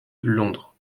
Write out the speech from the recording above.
londres